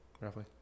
roughly